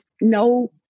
no